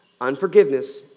Unforgiveness